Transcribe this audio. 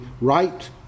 right